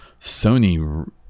Sony